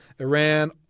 Iran